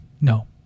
No